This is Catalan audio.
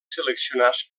seleccionats